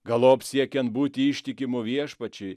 galop siekiant būti ištikimu viešpačiui